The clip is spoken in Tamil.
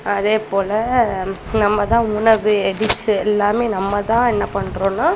அதே போல் நம்ம தான் உணவு டிஷ்ஷு எல்லாமே நம்ம தான் என்ன பண்ணுறோன்னா